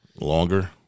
Longer